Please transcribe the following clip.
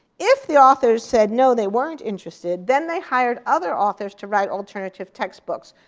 if the authors said no, they weren't interested, then they hired other authors to write alternative textbooks.